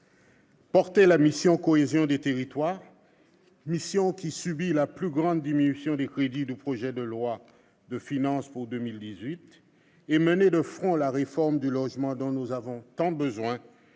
porter la mission « Cohésion des territoires », laquelle subit la plus forte baisse de crédits au sein du projet de loi de finances pour 2018, et mener de front la réforme du logement dont nous avons tant besoin,